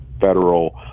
federal